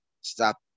stop